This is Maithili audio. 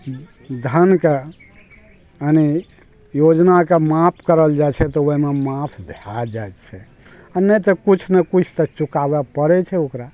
धन के यानि योजनाके माफ करल जाइ छै तऽ ओहिमे माफ भऽ जाइ छै आ नहि तऽ किछु ने किछु तऽ चुकाबऽ पड़ै छै ओकरा